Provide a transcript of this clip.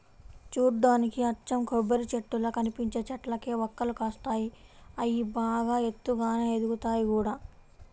చూడ్డానికి అచ్చం కొబ్బరిచెట్టుల్లా కనిపించే చెట్లకే వక్కలు కాస్తాయి, అయ్యి బాగా ఎత్తుగానే ఎదుగుతయ్ గూడా